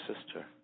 sister